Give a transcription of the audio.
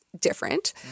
different